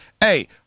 hey